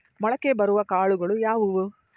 ಮೊಳಕೆ ಬರುವ ಕಾಳುಗಳು ಯಾವುವು?